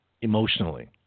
emotionally